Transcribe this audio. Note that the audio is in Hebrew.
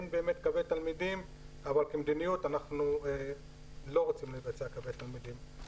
אין באמת קווי תלמידים אבל כמדיניות אנחנו לא רוצים לבצע קווי תלמידים.